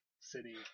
city